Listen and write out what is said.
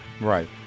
Right